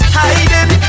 hiding